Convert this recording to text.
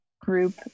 group